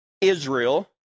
Israel